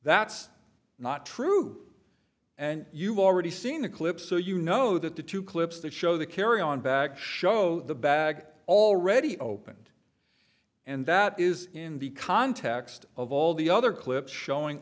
that's not true and you've already seen the clip so you know that the two clips that show the carry on bags show the bag already opened and that is in the context of all the other clip showing